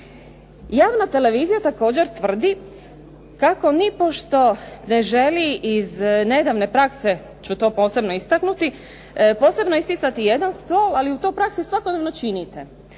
Javna televizija također tvrdi kako nipošto ne želi iz nedavne prakse ću to posebno istaknuti posebno isticati jedan stol, ali u toj praksi svakodnevno činite.